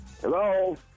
Hello